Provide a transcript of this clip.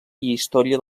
història